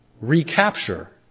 recapture